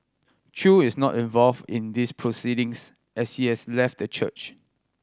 chew is not involved in these proceedings as he has left the church